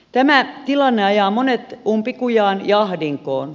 tämä tilanne ajaa monet umpikujaan ja ahdinkoon